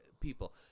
people